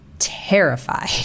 terrified